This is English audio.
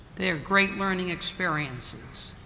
they're great learning experiences.